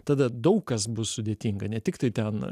tada daug kas bus sudėtinga ne tik tai ten